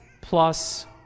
plus